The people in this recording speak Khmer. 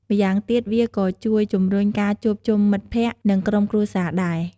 ម៉្យាងទៀតវាក៏ជួយជំរុញការជួបជុំមិត្តភក្តិ និងក្រុមគ្រួសារដែរ។